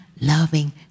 loving